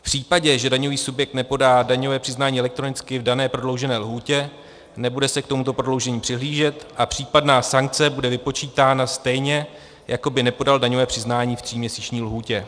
V případě, že daňový subjekt nepodá daňové přiznání elektronicky v dané prodloužené lhůtě, nebude se k tomuto prodloužení přihlížet a případná sankce bude vypočítána stejně, jako by nepodal daňové přiznání v tříměsíční lhůtě.